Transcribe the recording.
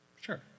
sure